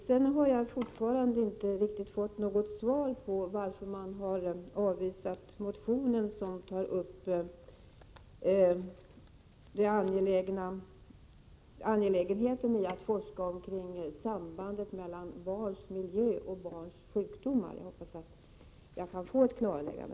9 Jag har fortfarande inte fått något riktigt svar på frågan varför utskottsmajoriteten har avvisat motionen som gäller angelägenheten i att forska omkring sambandet mellan barns miljö och barns sjukdomar. Jag hoppas att jag kan få ett klarläggande.